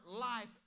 life